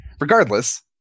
regardless